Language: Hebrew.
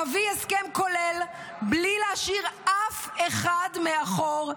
להביא הסכם כולל בלי להשאיר אף אחד מאחור,